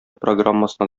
программасына